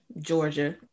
Georgia